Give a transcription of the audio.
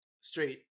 straight